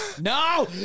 no